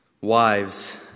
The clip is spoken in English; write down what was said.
Wives